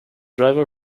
driver